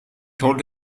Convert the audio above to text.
told